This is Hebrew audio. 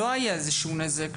לא היה איזשהו נזק,